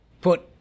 put